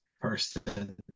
person